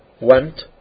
went